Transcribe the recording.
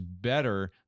better